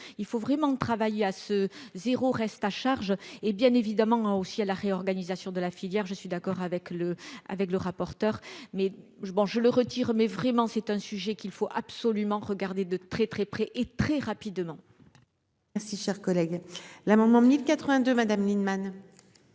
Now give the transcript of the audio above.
il faut vraiment travailler à ce 0 reste à charge et bien évidemment à aussi à la réorganisation de la filière, je suis d'accord avec le avec le rapporteur mais je bon je le retire, mais vraiment, c'est un sujet qu'il faut absolument regarder de très très près et très rapidement. Merci, cher collègue, l'amendement 1082 Madame Lienemann.